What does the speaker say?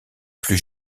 plus